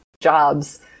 jobs